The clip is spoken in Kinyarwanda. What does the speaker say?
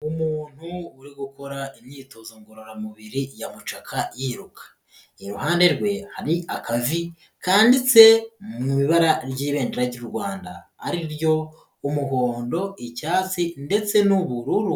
Umuntu uri gukora imyitozo ngororamubiri ya mucaka yiruka, iruhande rwe hari aka vi kanditse mu ibara ry'ibendera ry'u Rwanda, ari ryo umuhondo, icyatsi ndetse n'ubururu.